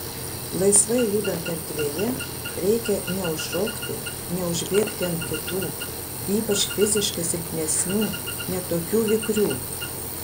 laisvai judant erdvėje reikia neužšokti neužbėgti ant kitų ypač fiziškai silpnesnių ne tokių vikrių